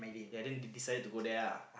ya then they decided to go there ah